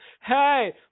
Hey